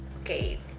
okay